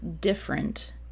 different